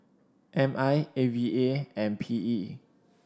M I A V A and P E